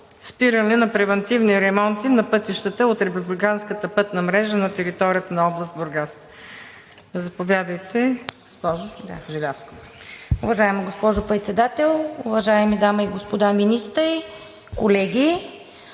спиране на превантивни ремонти на пътищата от републиканската пътна мрежа на територията на област Бургас. Заповядайте, госпожо Желязкова. ГАЛЯ ЖЕЛЯЗКОВА (ГЕРБ-СДС): Уважаема госпожо Председател, уважаеми дами и господа Министри, колеги!